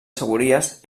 segúries